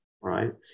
right